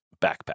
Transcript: backpack